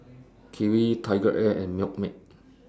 Kiwi TigerAir and Milkmaid